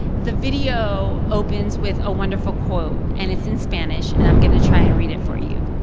the video opens with a wonderful quote, and it's in spanish, and i'm going to try and read it for you.